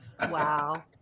Wow